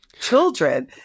children